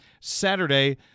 Saturday